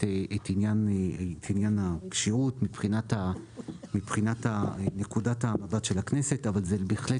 עניין הכשירות מבחינת נקודת המבט של הכנסת אבל זה בהחלט